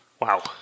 wow